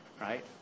right